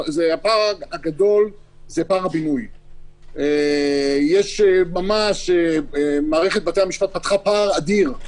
הפער הגדול זה פער הבינוי שבו מערכת בתי המשפט פתחה פער אדיר.